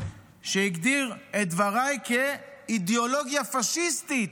שהגדיר את דבריי כאידיאולוגיה פשיסטית,